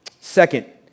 Second